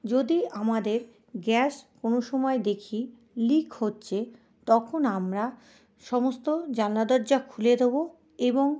যদি আমাদের গ্যাস কোনো সময় দেখি লিক হচ্ছে তখন আমরা সমস্ত জানলা দরজা খুলে দেবো এবং